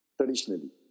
traditionally